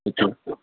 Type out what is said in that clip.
okay